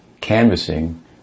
canvassing